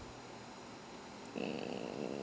mm